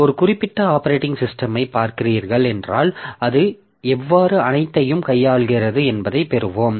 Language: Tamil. ஒரு குறிப்பிட்ட ஆப்பரேட்டிங் சிஸ்டமைப் பார்க்கிறீர்கள் என்றால் அது எவ்வாறு அனைத்தையும் கையாளுகிறது என்பதை பெறுவோம்